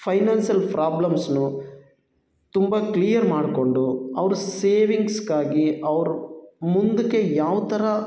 financial ಫ್ರಾಬ್ಲಮ್ಸ್ನೂ ತುಂಬ clear ಮಾಡಿಕೊಂಡು ಅವ್ರ ಸೇವಿಂಗ್ಸ್ಗಾಗಿ ಅವ್ರು ಮುಂದಕ್ಕೆ ಯಾವ ಥರ